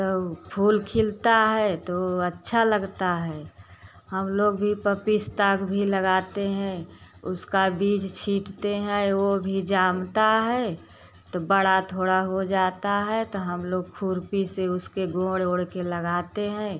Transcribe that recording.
तो फूल खिलता है तो अच्छा लगता है हम लोग भी पिस्ता भी लगाते हैं उसका बीज छींटते हैं वो भी जमता है तो बड़ा थोड़ा हो जाता है तो हम लोग खुरपी से उसके गोंड़ ओड़ के लगाते हैं